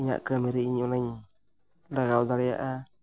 ᱤᱧᱟᱹᱜ ᱠᱟᱹᱢᱤᱨᱮ ᱤᱧ ᱚᱱᱟᱧ ᱞᱟᱜᱟᱣ ᱫᱟᱲᱮᱭᱟᱜᱼᱟ